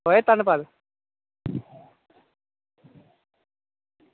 एह् धन्नबाद